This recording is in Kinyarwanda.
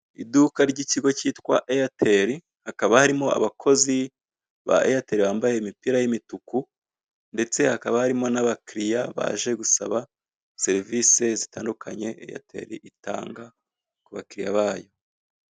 Iduka ry'ikigo kitwa Eyateri hakaba harimo abakozi ba Eyateri bambaye imipira y'imutuku ndetse hakaba harimo n'abakiriya baje gusaba serivise zitandukanye Eyateri itanga ku bakiriya bayo.